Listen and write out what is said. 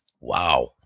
wow